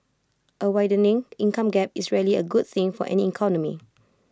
A widening income gap is rarely A good thing for any economy